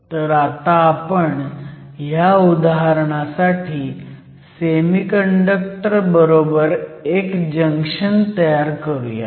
तर आता आपण ह्या उदाहरणासाठी सेमीकंडक्टर बरोबर एक जंक्शन तयार करूयात